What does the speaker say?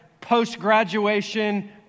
post-graduation